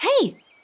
Hey